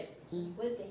hmm